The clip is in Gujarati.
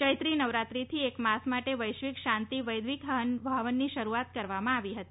ચૈત્રી નવરાત્રિથી એક માસ માટે વૈશ્વિક શાંતિ વૈદિક હવનની શરૂઆત કરવામા આવી હતી